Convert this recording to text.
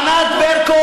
ענת ברקו,